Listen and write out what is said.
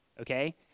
okay